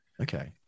Okay